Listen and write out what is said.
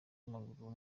w’amaguru